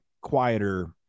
quieter